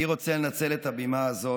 אני רוצה לנצל את הבימה הזאת,